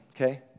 okay